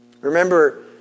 Remember